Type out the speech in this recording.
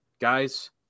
Guys